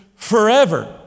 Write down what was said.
Forever